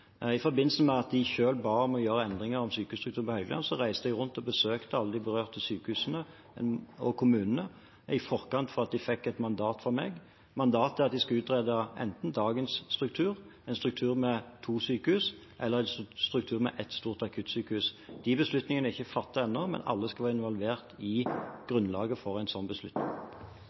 I forbindelse med at de selv ba om å få gjøre endringer i sykehusstrukturen på Helgeland, reiste jeg rundt og besøkte alle de berørte sykehusene og kommunene i forkant av at de fikk et mandat fra meg. Mandatet er at de skal utrede enten dagens struktur, en struktur med to sykehus eller en struktur med ett stort akuttsykehus. De beslutningene er ikke fattet ennå, men alle skal være involvert i grunnlaget for en sånn beslutning.